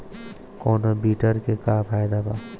कौनो वीडर के का फायदा बा?